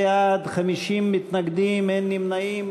35 בעד, 51 מתנגדים, אין נמנעים.